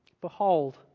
Behold